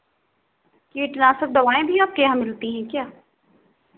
कीटनाशक दवाएँ भी आपके यहाँ मिलती हैं क्या